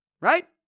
right